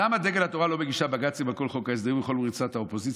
למה דגל התורה לא מגישה בג"צים על כל חוק ההסדרים וכל רמיסת האופוזיציה